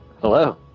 Hello